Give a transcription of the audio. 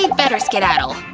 ah better skedaddle.